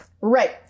right